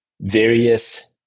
various